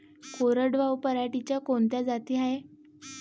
कोरडवाहू पराटीच्या कोनच्या जाती हाये?